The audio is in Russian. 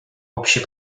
общей